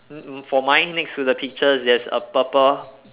mm mm for mine next to the peaches there's a purple